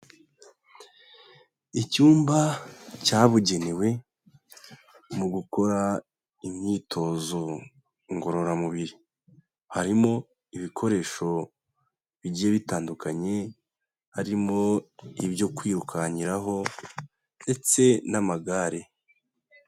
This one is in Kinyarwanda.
Icyumba cyabugenewe mu gukora imyitozo ngororamubiri. Harimo ibikoresho bigiye bitandukanye, harimo ibyo kwirukankiraho ndetse n'amagare.